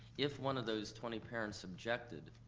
if one of those twenty parents objected,